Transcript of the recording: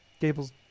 Gables